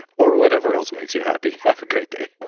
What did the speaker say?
or whatever else makes you happy. have a great day.